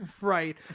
right